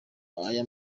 aya